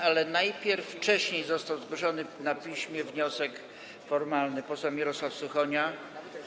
Ale najpierw - wcześniej został zgłoszony na piśmie wniosek formalny posła Mirosława Suchonia.